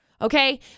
Okay